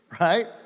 right